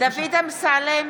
דוד אמסלם,